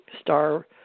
Star